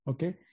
Okay